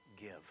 give